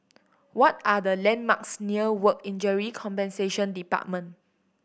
what are the landmarks near Work Injury Compensation Department